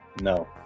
no